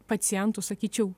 pacientų sakyčiau